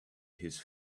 his